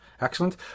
Excellent